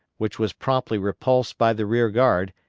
which was promptly repulsed by the rear guard,